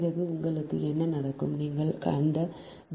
பிறகு உங்களுக்கு என்ன நடக்கும் நீங்கள் அந்த D s 2